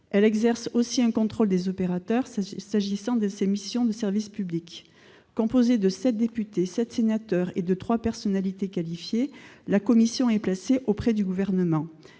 Elle exerce aussi un contrôle sur les opérateurs s'agissant de ses missions de service public. Composée de sept députés, de sept sénateurs et de trois personnalités qualifiées, la commission est placée auprès du Gouvernement.